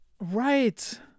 Right